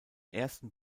ersten